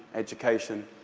education.